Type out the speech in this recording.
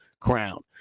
crown